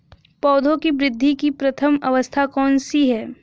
पौधों की वृद्धि की प्रथम अवस्था कौन सी है?